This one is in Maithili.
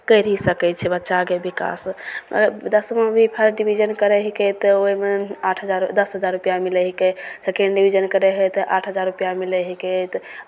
करि ही सकै छै बच्चाके विकास दसमा भी फस्र्ट डिवीजन करै हिकै तऽ ओहिमे आठ हजार दस हजार रुपैआ मिलै हिकै सेकेण्ड डिवीजन करै हइ तऽ आठ हजार रुपैआ मिलै हिकै तऽ